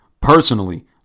Personally